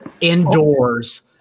indoors